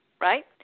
right